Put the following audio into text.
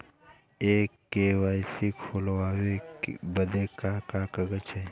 KYC खोलवावे बदे का का कागज चाही?